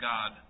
God